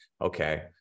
okay